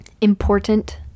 important